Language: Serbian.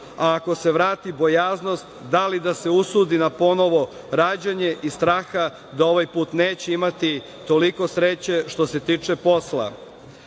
a ako se vrati bojaznost da li da se usudi na ponovo rađanje iz straha da ovaj put neće imati toliko sreće što se tiče